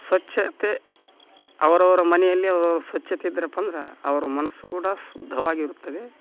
ಸ್ವಚ್ಛತೆ ಅವರವ್ರ ಮನೆಯಲ್ಲಿ ಅವರವ್ರ ಸ್ವಚ್ಛತೆ ಇದ್ರಪ್ಪಂದ್ರೆ ಅವ್ರ ಮನಸ್ಸು ಕೂಡ ಶುದ್ಧವಾಗಿರುತ್ತದೆ